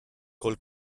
col